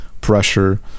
pressure